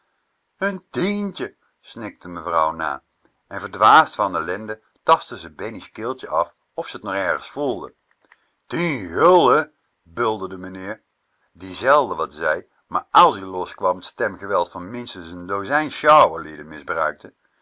n tientje snikte mevrouw na en verdwaasd van ellende tastte ze bennie's keeltje af of ze t nergens voelde tien gulden bulderde meneer die zelden wat zei maar as je loskwam t stemgeweld van minstens n dozijn